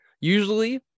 Usually